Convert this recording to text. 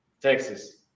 Texas